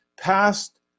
past